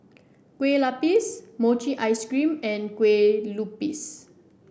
Kueh Lapis Mochi Ice Cream and Kueh Lupis